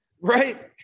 right